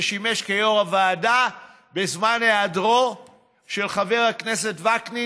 ששימש כיו"ר הוועדה בזמן היעדרו של חבר הכנסת גפני.